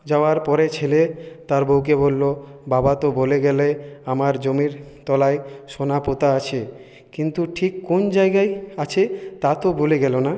যাওয়ার পরে ছেলে তার বউকে বললো বাবা তো বলে গেলে আমার জমির তলায় সোনা পোঁতা আছে কিন্তু ঠিক কোন জায়গায় আছে তা তো বলে গেলো না